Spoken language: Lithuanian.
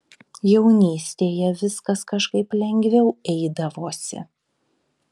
jaunystėje viskas kažkaip lengviau eidavosi